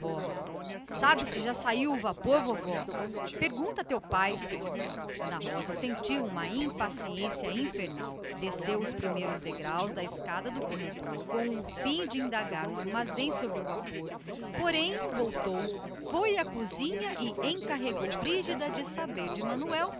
sabe se já saiu o vapor vovó pergunta a teu pai ana rosa sentiu uma impaciência medonha infernal desceu os primeiros degraus da escada do corredor disposta a ir ao armazém mas voltou logo foi à cozinha e encarregou a brígida de saber de manuel